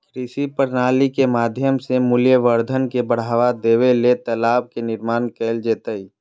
कृषि प्रणाली के माध्यम से मूल्यवर्धन के बढ़ावा देबे ले तालाब के निर्माण कैल जैतय